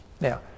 Now